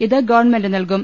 ഇത് ഗവൺമെന്റ് നൽകും